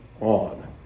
on